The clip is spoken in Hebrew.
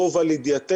לא הובא לידיעתנו.